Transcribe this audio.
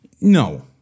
No